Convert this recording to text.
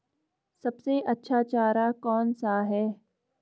सबसे अच्छा चारा कौन सा है?